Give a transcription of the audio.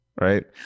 right